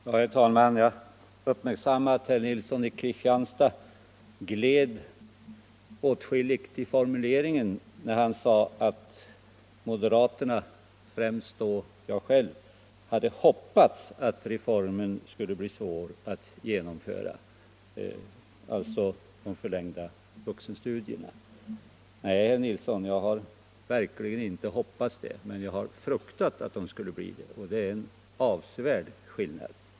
Herr talman! Jag uppmärksammade att herr Nilsson i Kristianstad gled åtskilligt i formuleringen när han sade att moderaterna — främst då jag — hade hoppats att reformen skulle bli svår att genomföra. Nej, herr Nilsson, jag har verkligen inte hoppats det, men jag har fruktat att reformen skulle bli svår att genomföra. Det är en väsentlig skillnad.